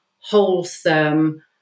wholesome